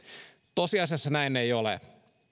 tosiasiassa näin ei ole